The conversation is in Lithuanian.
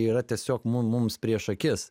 yra tiesiog mum mums prieš akis